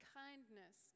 kindness